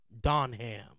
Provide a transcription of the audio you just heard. Donham